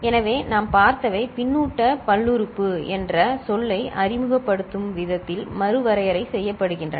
எனவே நாம் பார்த்தவை பின்னூட்டப் பல்லுறுப்பு என்ற சொல்லை அறிமுகப்படுத்தும் விதத்தில் மறுவரையறை செய்யப்படுகின்றன